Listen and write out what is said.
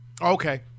Okay